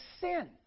sin